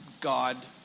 God